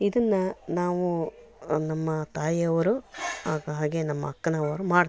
ಇದನ್ನು ನಾವು ನಮ್ಮ ತಾಯಿಯವರು ಹಾಗೆ ನಮ್ಮ ಅಕ್ಕನವರು ಮಾಡ್ತಿದ್ದರು